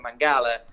mangala